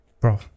Bro